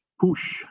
push